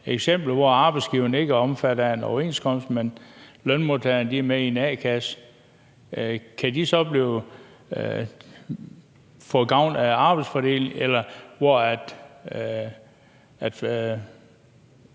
hvor arbejdsgiveren ikke er omfattet af en overenskomst, men lønmodtagerne er med i en a-kasse, er spørgsmålet, om de så kan få gavn af arbejdsfordeling.